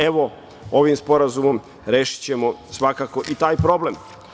Evo, ovim sporazumom rešićemo svakako i taj problem.